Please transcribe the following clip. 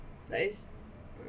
like it's